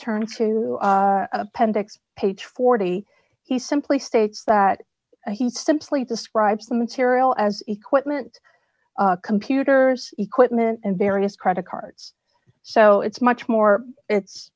turn to appendix page forty he simply states that he simply describes the material as equipment computers equipment and various credit cards so it's much more it's